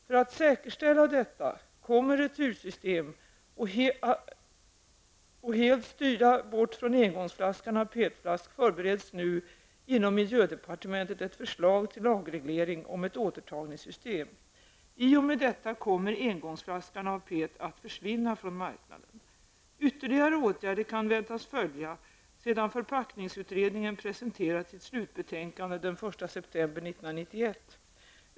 För att säkerställa detta kommande retursystem och helt styra bort från engångsflaskan av PET-plast förbereds nu inom miljödepartementet ett förslag till lagreglering om ett återtagningssystem. I och med detta kommer engångsflaskan av PET att försvinna från marknaden. Ytterligare åtgärder kan väntas följa sedan förpackningsutredningen presenterat sitt slutbetänkande den 1 september 1991.